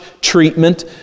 treatment